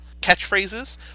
catchphrases